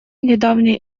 недавней